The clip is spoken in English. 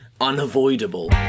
unavoidable